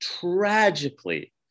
tragically